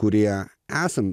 kurie esam